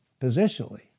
positionally